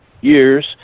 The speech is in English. years